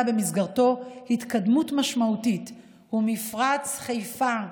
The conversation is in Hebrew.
במסגרתו התקדמות משמעותית הוא מפרץ חיפה.